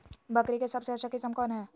बकरी के सबसे अच्छा किस्म कौन सी है?